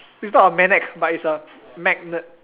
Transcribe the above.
it's not a magnet but it's a magnet